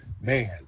Man